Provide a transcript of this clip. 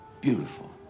Beautiful